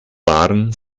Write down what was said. waren